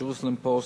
"ג'רוזלם פוסט",